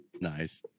Nice